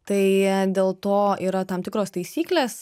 tai dėl to yra tam tikros taisyklės